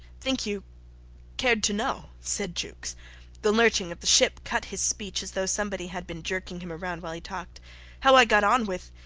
think you cared to. know, said jukes the lurching of the ship cut his speech as though somebody had been jerking him around while he talked how i got on with.